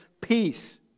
peace